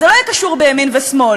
זה לא יהיה קשור בימין או בשמאל,